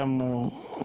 גמור.